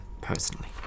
personally